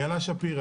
איילה שפירא,